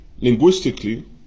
linguistically